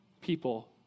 people